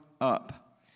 up